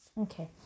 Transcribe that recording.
okay